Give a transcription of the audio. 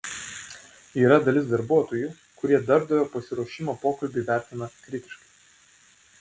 yra dalis darbuotojų kurie darbdavio pasiruošimą pokalbiui vertina kritiškai